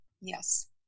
Yes